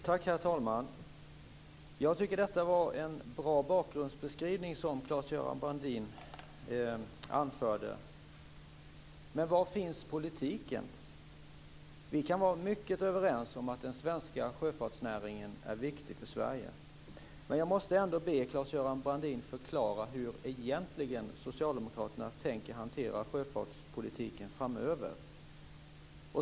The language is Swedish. Herr talman! Jag tycker att Claes-Göran Brandin anförde en bra bakgrundsbeskrivning. Men var finns politiken? Vi kan vara mycket överens om att den svenska sjöfartsnäringen är viktig för Sverige. Men jag måste ändå be Claes-Göran Brandin förklara hur Socialdemokraterna egentligen tänker hantera sjöfartspolitiken framöver.